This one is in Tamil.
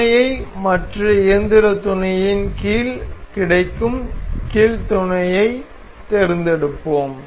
துணையை மற்றும் இயந்திரத் துணையின் கீழ் கிடைக்கும் கீல் துணையைத் தேர்ந்தெடுப்போம்